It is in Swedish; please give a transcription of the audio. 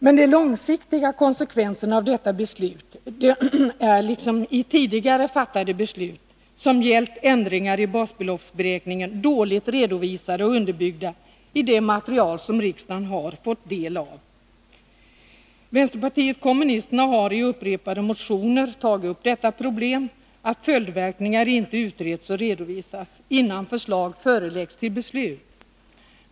Men de långsiktiga konsekvenserna av detta beslut är, liksom i tidigare fattade beslut som gällt ändringar i basbeloppsberäkningen, dåligt redovisade och underbyggda i det material riksdagen fått ta del av. Vänsterpartiet kommunisterna har i upprepade motioner tagit upp detta problem att följdverkningarna inte utretts och redovisats innan förslag föreläggs till beslut.